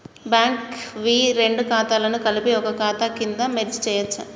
Bank వి రెండు ఖాతాలను కలిపి ఒక ఖాతా కింద మెర్జ్ చేయచ్చా?